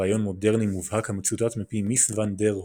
רעיון מודרני מובהק המצוטט מפי מיס ואן דר רוהה,